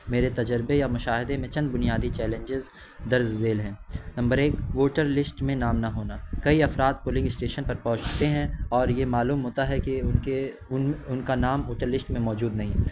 میرے تجربے یا مشاہدے میں چند بنیادی چیلنجز درج ذیل ہیں نمبر ایک ووٹر لسٹ میں نام نہ ہونا کئی افراد پولنگ اسٹیشن پر پہنچتے ہیں اور یہ معلوم ہوتا ہے کہ ان کے ان ان کا نام ووٹر لسٹ میں موجود نہیں